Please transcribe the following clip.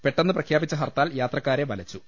പെട്ടെന്നു പ്രഖ്യാപിച്ച ഹർത്താൽ യാത്രക്കാരെ വലച്ചു